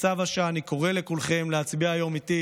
כצו השעה אני קורא לכולכם להצביע היום איתי